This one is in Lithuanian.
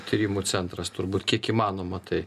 tyrimų centras turbūt kiek įmanoma tai